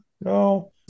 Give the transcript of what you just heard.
no